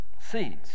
seeds